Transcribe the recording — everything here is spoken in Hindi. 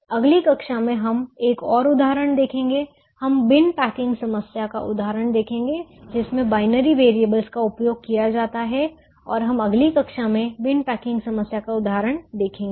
अगली कक्षा में हम एक और उदाहरण देखेंगे हम बिन पैकिंग समस्या का उदाहरण देखेंगे जिसमें बाइनरी वेरिएबलस का उपयोग किया जाता है और हम अगली कक्षा में बिन पैकिंग समस्या का उदाहरण देखेंगे